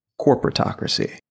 corporatocracy